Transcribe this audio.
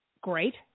great